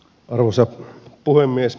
arvoisa puhemies